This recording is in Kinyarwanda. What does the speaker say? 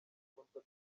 kundwa